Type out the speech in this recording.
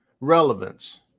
relevance